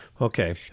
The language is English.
Okay